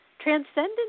transcendent